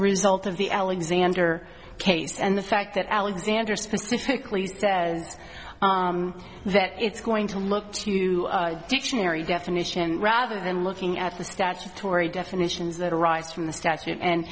result of the alexander case and the fact that alexander specifically used says that it's going to look to dictionary definition rather than looking at the statutory definitions that arise from the statute and